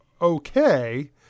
okay